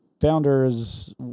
Founders